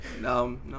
No